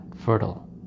fertile